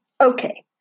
okay